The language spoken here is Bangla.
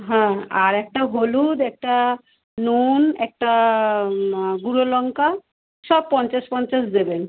হ্যাঁ আর একটা হলুদ একটা নুন একটা গুঁড়ো লঙ্কা সব পঞ্চাশ পঞ্চাশ দেবেন